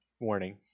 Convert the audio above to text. Warning